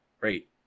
Great